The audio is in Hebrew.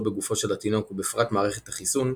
בגופו של התינוק ובפרט מערכת החיסון,